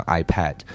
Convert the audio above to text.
iPad